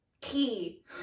key